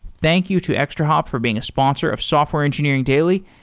thank you to extrahop for being a sponsor of software engineering daily,